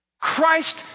Christ